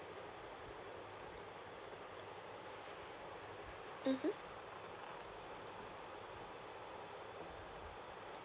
mmhmm